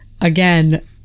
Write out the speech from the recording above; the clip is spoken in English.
again